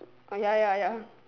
oh ya ya ya